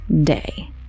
day